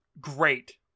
Great